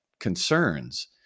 concerns